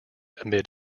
amid